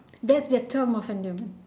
that's their term of endearment